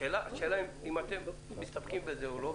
השאלה אם אתם מסתפקים בזה או לא,